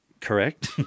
Correct